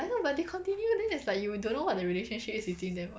I know but they continue then it's like you don't know what the relationship is between them [what]